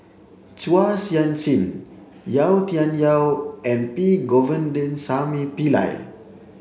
Chua Sian Chin Yau Tian Yau and P Govindasamy Pillai